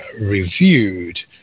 reviewed